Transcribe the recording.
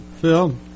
Phil